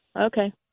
Okay